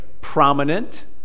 prominent